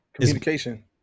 communication